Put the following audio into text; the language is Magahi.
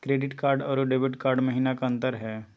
क्रेडिट कार्ड अरू डेबिट कार्ड महिना का अंतर हई?